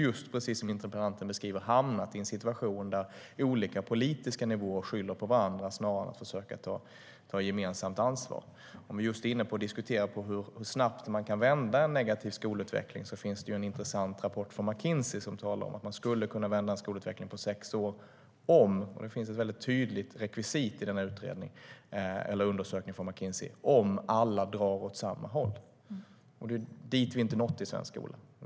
Därför har man hamnat i en situation där olika politiska nivåer skyller på varandra snarare än att försöka ta något gemensamt ansvar. Vi har diskuterat hur snabbt en negativ skolutveckling kan vändas. Det finns en intressant rapport från McKinsey där det framgår att det går att vända en skolutveckling på sex år om - det finns ett tydligt rekvisit i undersökningen - alla drar åt samma håll. Dit har vi inte nått i svensk skola.